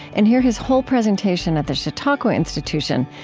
and hear his whole presentation at the chautauqua institution,